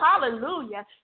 Hallelujah